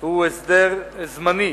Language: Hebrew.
והוא הסדר זמני.